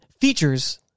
features